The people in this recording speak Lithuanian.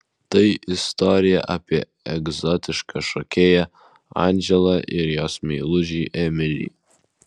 tai istorija apie egzotišką šokėją andželą ir jos meilužį emilį